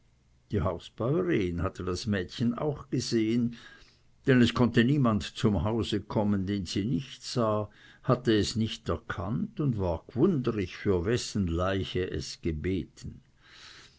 die hausbäuerin hatte das mädchen auch gesehen denn es konnte niemand zum hause kommen den sie nicht sah hatte es nicht erkannt und war g'wundrig für wessen leiche es gebeten